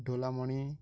Dholamani